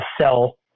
sell